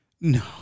No